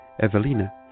Evelina